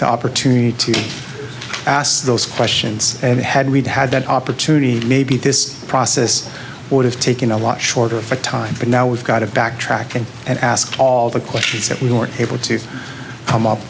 the opportunity to ask those questions and had read had that opportunity maybe this process would have taken a lot shorter time but now we've got a backtracking and ask all the questions that we weren't able to come up